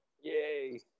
yay